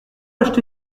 acheté